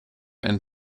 and